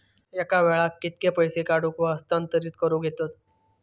एका वेळाक कित्के पैसे काढूक व हस्तांतरित करूक येतत?